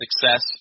success